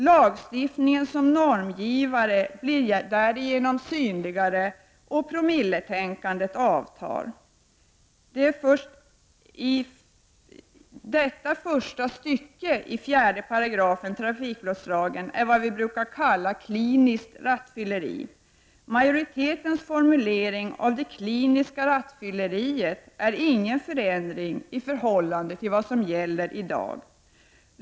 Lagstiftningen som normgivare blir därigenom synligare, och promilletänkandet avtar. 4§ första stycket trafikbrottslagen handlar om vad vi brukar kalla för kliniskt rattfylleri. Majoritetens formulering av det kliniska rattfylleriet innebär ingen förändring i förhållande till vad som gäller i dag.